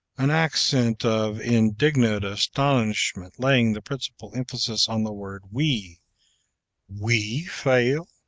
an accent of indignant astonishment laying the principal emphasis on the word we' we fail